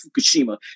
Fukushima